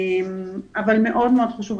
אבל מאוד מאוד חשוב,